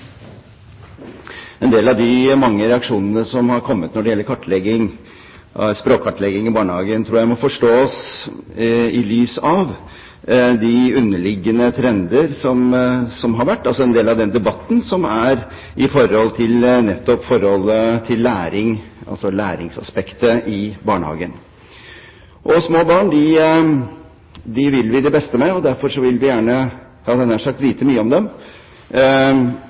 En del av de mange reaksjonene som har kommet når det gjelder språkkartlegging i barnehagen, tror jeg må forstås i lys av de underliggende trender som har vært, altså en del av den debatten som er om læring – læringsaspektet – i barnehagen. Små barn vil vi det beste for, og derfor vil vi gjerne vite mye om dem.